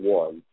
one